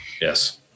Yes